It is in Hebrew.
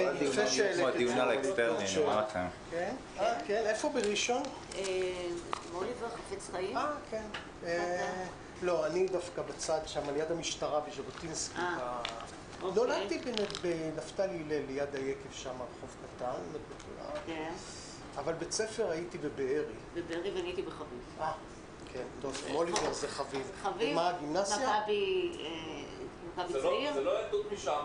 הישיבה ננעלה בשעה 12:50.